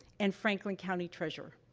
and franklin county treasurer.